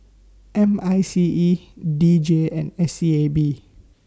M I C E D J and S E A B